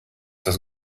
das